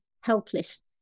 helpless